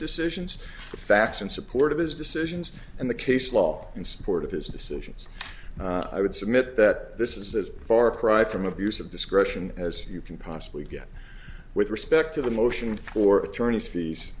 decisions the facts in support of his decisions and the case law in support of his decisions i would submit that this is as far cry from abuse of discretion as you can possibly get with respect to the motion for attorney's fees